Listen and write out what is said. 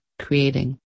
creating